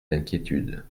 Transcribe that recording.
d’inquiétude